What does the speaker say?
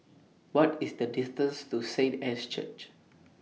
What IS The distance to Saint Anne's Church